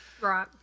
Right